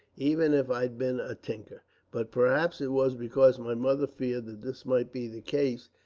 even if i'd been a tinker but perhaps it was because my mother feared that this might be the case,